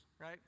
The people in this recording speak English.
right